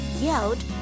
yelled